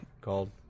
called